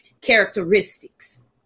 characteristics